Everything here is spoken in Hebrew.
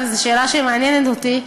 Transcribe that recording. וזאת שאלה שמאוד מעניינת אותי.